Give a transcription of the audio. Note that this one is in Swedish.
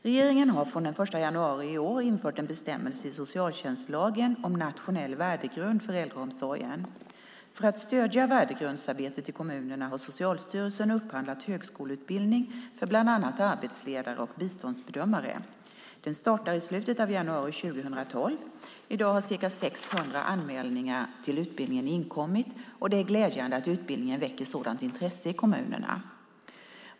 Regeringen har från den 1 januari i år infört en bestämmelse i socialtjänstlagen om en nationell värdegrund för äldreomsorgen. För att stödja värdegrundsarbetet i kommunerna har Socialstyrelsen upphandlat högskoleutbildning för bland annat arbetsledare och biståndsbedömare. Den startar i slutet av januari 2012. I dag har ca 600 anmälningar till utbildningen inkommit, och det är glädjande att utbildningen väcker sådant intresse i kommunerna.